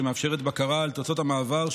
שמאפשר בקרה על תוצאות המעבר,